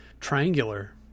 triangular